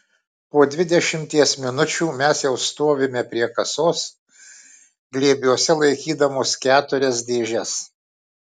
po dvidešimties minučių mes jau stovime prie kasos glėbiuose laikydamos keturias dėžes